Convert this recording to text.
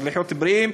אז לחיות בריאים,